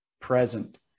present